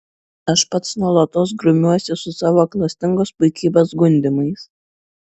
aš pats nuolatos grumiuosi su savo klastingos puikybės gundymais